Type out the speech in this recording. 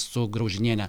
su graužiniene